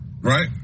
right